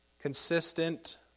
Consistent